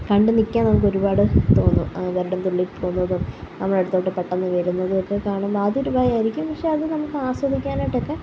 കണ്ട് നിൽക്കാൻ നമുക്കൊരുപാട് തോന്നും ഗരുഡൻ തുള്ളി പോകുന്നതും നമ്മുടെ അടുത്തോട്ട് പെട്ടെന്ന് വരുന്നതും ഒക്കെ കാണും ഒക്കെ അതൊരു ഭയമായിരിക്കും പക്ഷെ അത് നമുക്ക് ആസ്വദിക്കാനായിട്ടൊക്കെ